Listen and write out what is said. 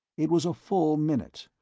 it was a full minute,